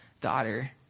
daughter